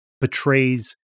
betrays